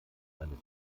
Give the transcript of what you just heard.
meines